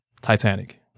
Titanic